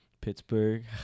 Pittsburgh